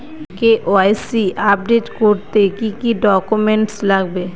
KYC update করতে কি কি ডকুমেন্টস লাগবে?